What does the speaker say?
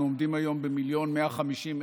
אנחנו עומדים היום במיליון ו-150,000